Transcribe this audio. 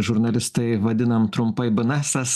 žurnalistai vadinam trumpai banesas